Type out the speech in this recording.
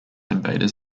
invaders